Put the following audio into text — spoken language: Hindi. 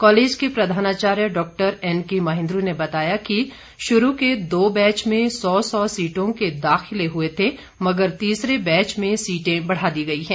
कॉलेज के प्रधानाचार्य डॉएन के महेंन्द्र ने बताया कि शुरू के दो बैच में सौ सौ सीटों के दाखिले हुए थे मगर तीसरे बैच में सीटें बढ़ा दी गई हैं